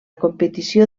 competició